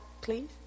please